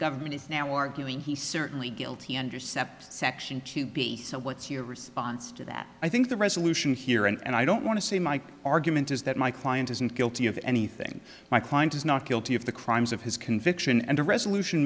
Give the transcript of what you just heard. government is now arguing he certainly guilty under sept section to be so what's your response to that i think the resolution here and i don't want to see my argument is that my client isn't guilty of anything my client is not guilty of the crimes of his conviction and the resolution